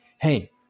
Hey